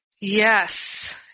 Yes